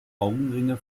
augenringe